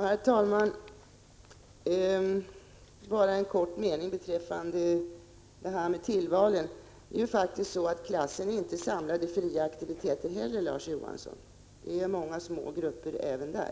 Herr talman! Bara helt kort några ord om tillvalen. Det är faktiskt så, att en klass inte är samlad under fria aktiviteter heller, Larz Johansson. Klassen är även då indelad i många små grupper.